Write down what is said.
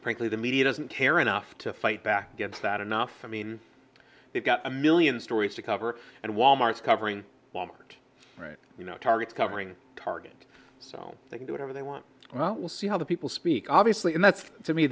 frankly the media doesn't care enough to fight back against that enough i mean they've got a million stories to cover and wal mart's covering wal mart you know targets covering target so they can do whatever they want well we'll see how the people speak obviously and that's to me